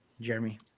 Jeremy